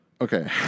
Okay